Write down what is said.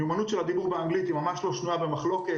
המיומנות של הדיבור באנגלית היא ממש לא שנויה במחלוקת,